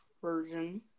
version